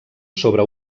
sobre